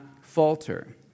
falter